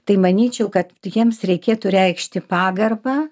tai manyčiau kad jiems reikėtų reikšti pagarbą